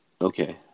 Okay